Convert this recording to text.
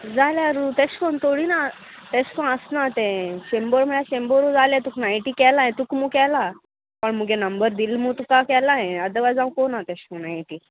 जाल्यार तेश कोन थोडी ना तेश कोन आसना तें शेंबर म्हळ्यार शेंबरू जालें तुका नायटी केलाय तुक मु केला पणे नंबर दिल मुगो तुका केलाय आदवायज हांव कोना तेश कोन नायटी